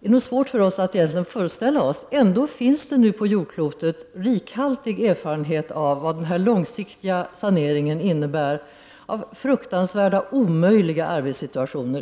Det är nog svårt för oss att föreställa oss vad en sanering egentligen innebär. Nu finns det ändå på jordklotet rikhaltiga erfarenheter av vad ett långsiktigt saneringsarbete innebär av fruktansvärda omöjliga arbetssituationer.